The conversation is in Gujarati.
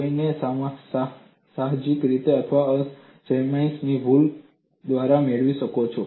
કોઈ તેને સાહજિક રીતે અથવા અજમાયશ અને ભૂલ દ્વારા મેળવી શકે છે